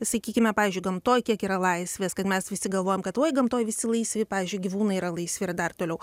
sakykime pavyzdžiui gamtoj kiek yra laisvės kad mes visi galvojam kad oi gamtoj visi laisvi pavyzdžiui gyvūnai yra laisvi ir dar toliau